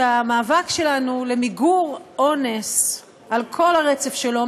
שהמאבק שלנו למיגור אונס על כל הרצף שלו,